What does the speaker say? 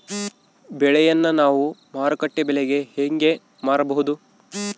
ಬೆಳೆಯನ್ನ ನಾವು ಮಾರುಕಟ್ಟೆ ಬೆಲೆಗೆ ಹೆಂಗೆ ಮಾರಬಹುದು?